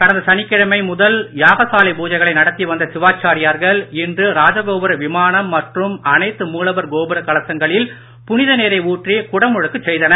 கடந்த சனிக்கிழமை முதல் யாகசாலை பூஜைகளை நடத்தி வந்த சிவாச்சாரியர்கள் இன்று ராஜகோபுர விமானம் மற்றும் அனைத்து மூலவர் கோபுர கலசங்களில் புனித நீரை ஊற்றி குடமுழுக்கு செய்தனர்